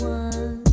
one